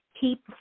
keep